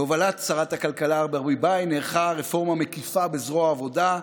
בהובלה שרת הכלכלה ברביבאי נערכה רפורמה מקיפה בזרוע העבודה.